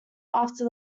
after